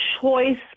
choice